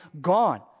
gone